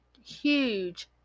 huge